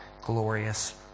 glorious